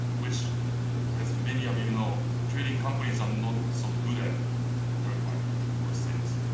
which as many of you know, trading companies are not so good at direct marketing or sales,